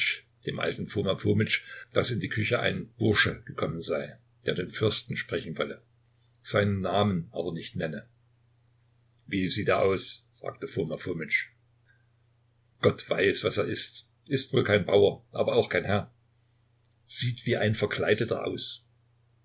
dem alten foma fomitsch daß in die küche ein bursche gekommen sei der den fürsten sprechen wolle seinen namen aber nicht nenne wie sieht er aus fragte foma fomitsch gott weiß was er ist ist wohl kein bauer aber auch kein herr sieht wie ein verkleideter aus